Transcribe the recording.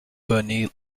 bernie